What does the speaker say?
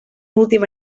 última